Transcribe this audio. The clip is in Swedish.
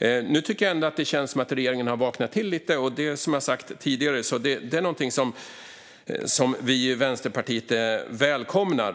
Nu känns det ändå som att regeringen har vaknat till lite. Det är som sagt något som Vänsterpartiet välkomnar.